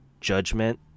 Judgment